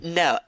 no